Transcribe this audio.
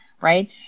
right